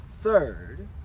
third